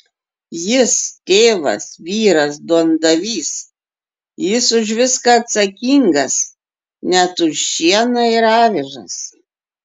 jis tėvas vyras duondavys jis už viską atsakingas net už šieną ir avižas